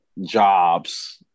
jobs